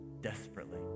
desperately